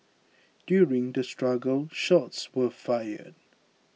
during the struggle shots were fired